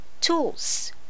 tools